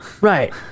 right